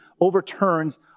overturns